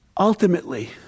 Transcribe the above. Ultimately